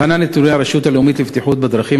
להלן נתוני הרשות הלאומית לבטיחות בדרכים,